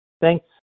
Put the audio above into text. Thanks